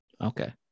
okay